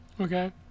Okay